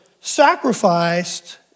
sacrificed